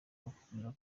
bakakubwira